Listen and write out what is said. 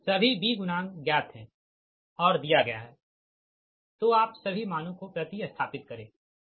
सभी B गुणांक ज्ञात है और दिया गया है तो आप सभी मानों को प्रति स्थापित करे ठीक